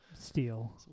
Steel